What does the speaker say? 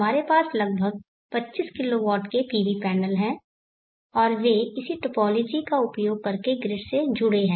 हमारे पास लगभग 25 किलोवाट के PV पैनल हैं और वे इसी टोपोलॉजी का उपयोग करके ग्रिड से जुड़े हैं